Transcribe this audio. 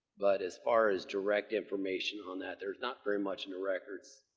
but, as far as direct information on that, there's not very much in the records.